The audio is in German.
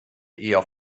eher